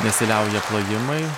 nesiliauja plojimai